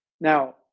now